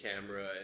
camera